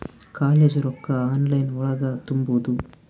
College ರೊಕ್ಕ online ಒಳಗ ತುಂಬುದು?